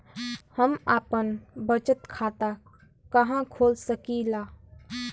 हम आपन बचत खाता कहा खोल सकीला?